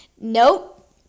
Nope